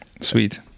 Sweet